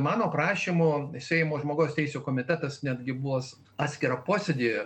mano prašymu seimo žmogaus teisių komitetas netgi buvo atskirą posėdį